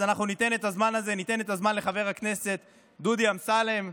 אז אנחנו ניתן את הזמן הזה לחבר הכנסת דודי אמסלם,